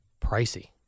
Pricey